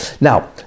Now